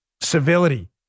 Civility